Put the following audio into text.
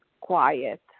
quiet